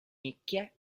nicchie